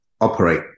operate